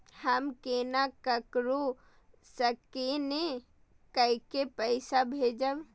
हम केना ककरो स्केने कैके पैसा भेजब?